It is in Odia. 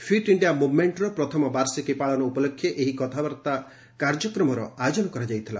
ଫିଟ୍ ଇଣ୍ଡିଆ ମୁଭ୍ମେଣ୍ଟର ପ୍ରଥମ ବାର୍ଷିକୀ ପାଳନ ଉପଲକ୍ଷେ ଏହି କଥାବାର୍ତ୍ତା କାର୍ଯ୍ୟକ୍ରମର ଆୟୋଜନ କରାଯାଇଥିଲା